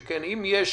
שכן, אם יש